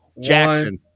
Jackson